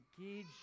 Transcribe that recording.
engage